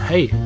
Hey